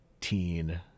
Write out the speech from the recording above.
teen